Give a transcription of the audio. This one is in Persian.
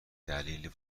دلیلی